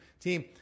team